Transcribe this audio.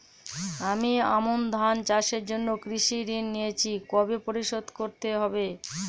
আমি আমন ধান চাষের জন্য কৃষি ঋণ নিয়েছি কবে পরিশোধ করতে হবে?